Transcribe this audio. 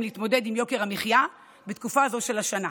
להתמודד עם יוקר המחיה בתקופה זו של השנה.